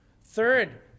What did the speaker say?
Third